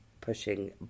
pushing